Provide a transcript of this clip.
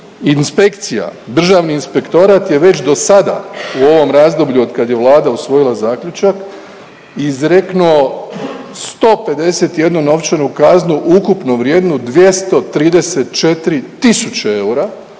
inspekcija. Državni inspektorat je već do sada u ovom razdoblju od kad je Vlada usvojila zaključak izreko 151 novčanu kaznu ukupno vrijednu 234 000 eura